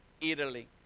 Italy